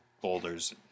boulders